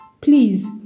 Please